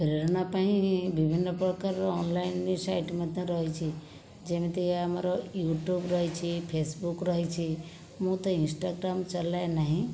ପ୍ରେରଣା ପାଇଁ ବିଭିନ୍ନ ପ୍ରକାରର ଅନଲାଇନ ସାଇଟ୍ ମଧ୍ୟ ରହିଛି ଯେମିତି ଆମର ୟୁଟ୍ୟୁବ ରହିଛି ଫେସବୁକ ରହିଛି ମୁଁ ତ ଇନ୍ଷ୍ଟାଗ୍ରାମ ଚଳାଏ ନାହିଁ